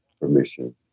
permission